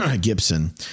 Gibson